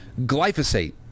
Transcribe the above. Glyphosate